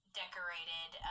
decorated